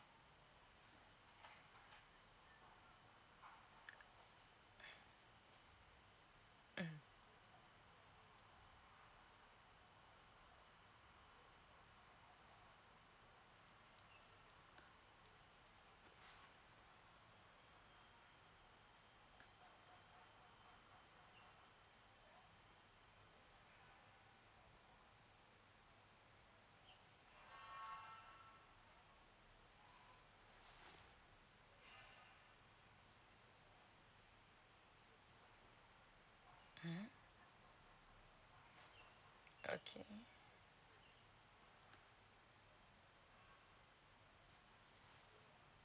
mm